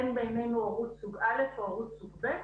אין בינינו הורות סוג א' או הורות סוג ב'